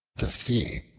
the sea,